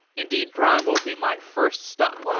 indeed prime will be my first stop